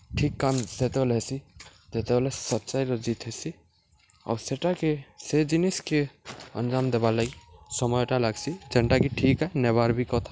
ଠିକ୍ କାମ୍ ସେତେବେଲେ ହେସି ଯେତେବେଲେ ସଚାଇର ଜିତ୍ ହେସି ଆଉ ସେଟାକେ ସେ ଜିନିଷ୍କେ ଆଞ୍ଜାମ୍ ଦେବାର୍ ଲାଗି ସମୟଟା ଲାଗ୍ସି ଯେନ୍ଟାକି ଠିକ୍ ଏ ନେବାର୍ ବି କଥା